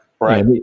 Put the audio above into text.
right